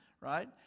Right